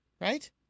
right